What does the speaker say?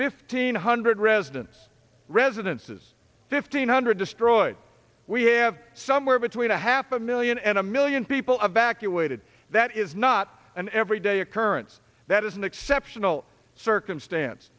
fifteen hundred residents residences fifteen hundred destroyed we have somewhere between a half a million and a million people a vacuum waited that is not an everyday occurrence that is an exceptional circumstance